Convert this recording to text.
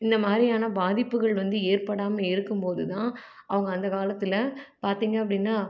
இந்த மாதிரியான பாதிப்புகள் வந்து ஏற்படாமல் இருக்கும் போது தான் அவங்க அந்த காலத்தில் பார்த்தீங்க அப்படின்னா